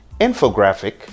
infographic